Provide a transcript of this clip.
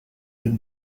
been